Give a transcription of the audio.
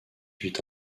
huit